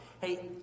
hey